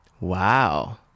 Wow